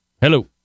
Hello